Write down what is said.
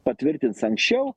patvirtins anksčiau